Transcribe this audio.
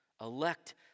elect